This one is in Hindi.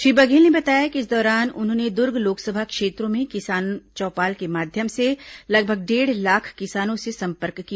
श्री बघेल ने बताया कि इस दौरान उन्होंने दूर्ग लोकसभा क्षेत्र में किसानों चौपाल के माध्यम से लगभग डेढ़ लाख किसानों से संपर्क किया